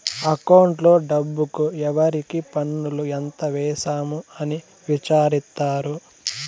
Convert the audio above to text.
అకౌంట్లో డబ్బుకు ఎవరికి పన్నులు ఎంత వేసాము అని విచారిత్తారు